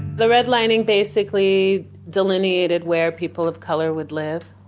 the redlining basically delineated where people of color would live.